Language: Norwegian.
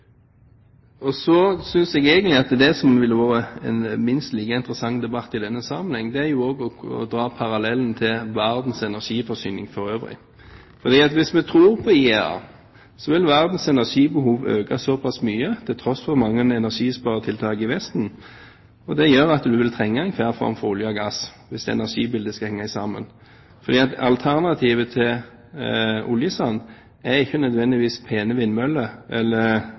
Så synes jeg at det som egentlig ville vært en minst like interessant debatt i denne sammenheng, er å dra parallellen til verdens energiforsyning for øvrig. Hvis vi tror på IEA, vil verdens energibehov øke såpass mye, til tross for mange energisparetiltak i Vesten, at man vil trenge enhver form for olje og gass hvis energibildet skal henge sammen. For alternativet til oljesand er ikke nødvendigvis pene vindmøller eller